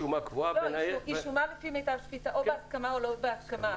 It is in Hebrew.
שומה קבועה --- היא שומה לפי מיטב שפיטה או בהסכמה או לא בהסכמה.